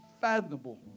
fathomable